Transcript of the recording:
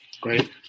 Great